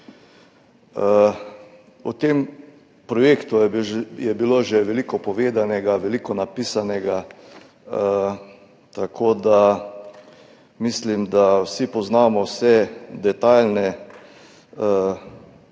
O tem projektu je bilo že veliko povedanega, veliko napisanega, tako da mislim, da vsi poznamo vse detajle, kaj se